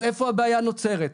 אז איפה הבעיה נוצרת?